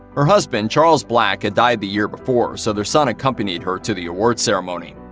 her husband, charles black, had died the year before, so their son accompanied her to the awards ceremony.